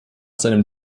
seinem